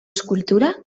escultura